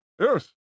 Yes